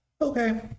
Okay